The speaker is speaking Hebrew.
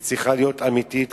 היא צריכה להיות אמיתית,